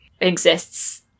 exists